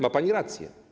Ma pani rację.